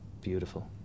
beautiful